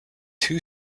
two